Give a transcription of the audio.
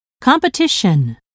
competition